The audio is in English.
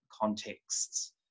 contexts